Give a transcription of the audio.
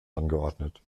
angeordnet